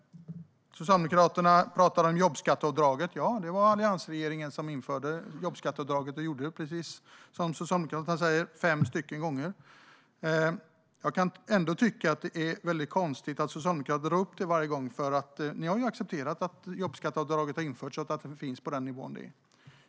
Socialdemokraterna pratar om jobbskatteavdraget. Ja, det var alliansregeringen som införde det, fem gånger, precis som Socialdemokraterna säger. Jag tycker att det är konstigt att Socialdemokraterna drar upp detta varje gång. De har ju accepterat att jobbskatteavdraget har införts och finns på den nivån.